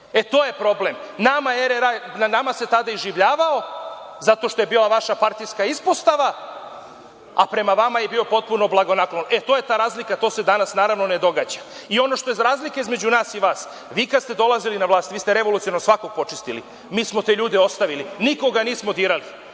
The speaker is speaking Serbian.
E, to je problem. Nad nama se tada iživljavao RRA, zato što je bila vaša partijska ispostava, a prema vama je bio potpuno blagonaklon. E, to je ta razlika, to se danas naravno ne događa. Ono što je razlika između vas i nas, vi kad ste dolazili na vlast vi ste revolucionarno svakog počistili. Mi smo te ljude ostavili nikoga nismo dirali